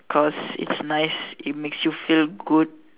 cause it's nice it makes you feel good